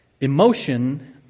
Emotion